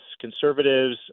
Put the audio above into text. conservatives